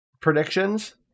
Predictions